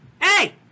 Hey